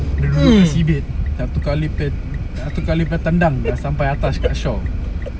dia rumah sea bed nak tukar lift bed nak tukar dia punya tandang lah sampai atas kat shore